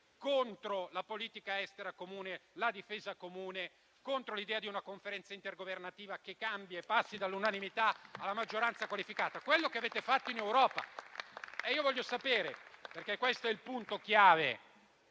contro la politica estera comune, contro la difesa comune, contro l'idea di una conferenza intergovernativa che cambi e passi dall'unanimità alla maggioranza qualificata. È questo ciò che avete fatto in Europa. Il punto chiave,